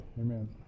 Amen